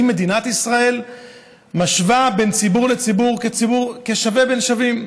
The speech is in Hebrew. האם מדינת ישראל משווה בין ציבור לציבור כשווה בין שווים?